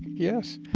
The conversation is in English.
yes,